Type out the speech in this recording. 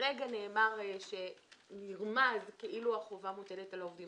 לרגע נרמז כאילו החובה מוטלת על העובדים